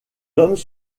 hommes